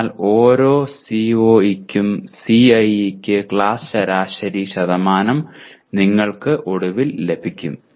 അതിനാൽ ഓരോ CO യ്ക്കും CIE യ്ക്ക് ക്ലാസ് ശരാശരി ശതമാനം നിങ്ങൾക്ക് ഒടുവിൽ ലഭിക്കും